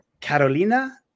Carolina